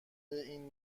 این